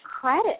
credit